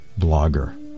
blogger